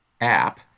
app